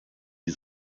die